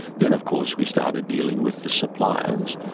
then of course we started dealing with the suppliers,